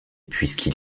puisqu’il